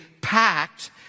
packed